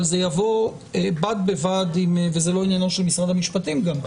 אבל זה יבוא בד בבד וזה לא עניינו של משרד המשפטים גם.